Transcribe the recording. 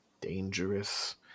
dangerous